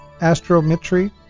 astrometry